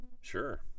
Sure